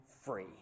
free